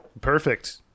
Perfect